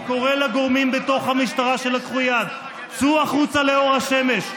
ואני קורא לגורמים בתוך המשטרה שלקחו יד: צאו החוצה לאור השמש.